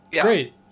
great